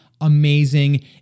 amazing